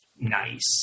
Nice